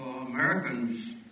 Americans